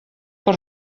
per